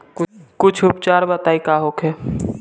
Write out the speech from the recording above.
कुछ उपचार बताई का होखे?